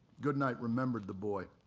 goodnight remembered the boy,